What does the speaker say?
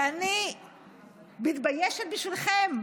ואני מתביישת בשבילכם.